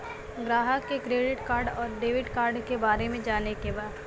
ग्राहक के credit card और डेविड कार्ड के बारे में जाने के बा?